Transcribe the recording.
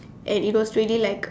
and it was really like